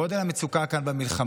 יש לו 20 שניות לסיים.